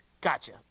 Gotcha